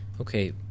okay